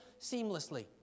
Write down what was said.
seamlessly